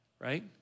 right